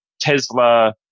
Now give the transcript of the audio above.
Tesla